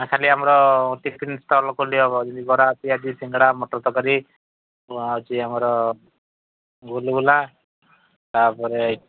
ନା ଖାଲି ଆମର ଚିଫିନ୍ ଷ୍ଟଲ୍ ଖୋଲି ହେବ ଯେମିତି ବରା ପିଆଜି ସିଙ୍ଗଡ଼ା ମଟର ତରକାରୀ ଆଉ ହେଉଛି ଆମର ଗୁଲୁଗୁଲା ତାପରେ